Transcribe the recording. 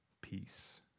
peace